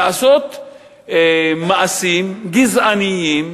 לעשות מעשים גזעניים,